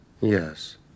Yes